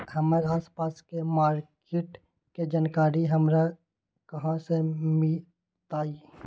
हमर आसपास के मार्किट के जानकारी हमरा कहाँ से मिताई?